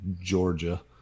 Georgia